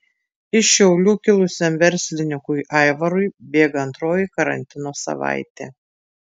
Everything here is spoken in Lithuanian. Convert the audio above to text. iš šiaulių kilusiam verslininkui aivarui bėga antroji karantino savaitė